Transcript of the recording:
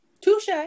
Touche